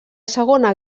segona